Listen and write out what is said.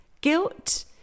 Guilt